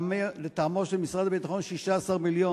לטעמו של משרד הביטחון 16 מיליון.